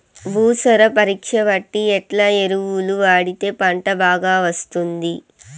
భూసార పరీక్ష బట్టి ఎట్లా ఎరువులు వాడితే పంట బాగా వస్తుంది?